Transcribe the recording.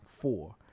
four